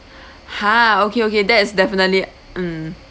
!huh! okay okay that's definitely mm